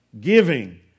Giving